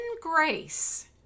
grace